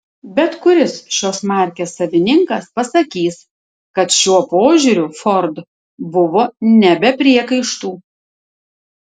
bet kuris šios markės savininkas pasakys kad šiuo požiūriu ford buvo ne be priekaištų